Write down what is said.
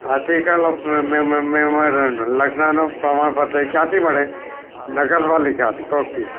લોક ને મેં મારાં લગ્નનો પ્રમાણપત્ર ક્યાંથી મળે નગરપાલિકાથી ઓકે